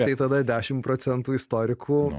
tai tada dešimt procentų istorikų